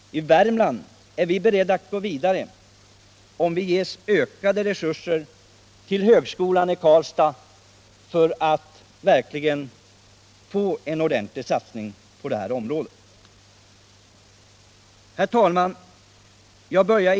I Värmland är vi beredda att gå vidare, om vi ges ökade resurser till högskolan i Karlstad. En ordentlig satsning på forskning ger resultat. Herr talman!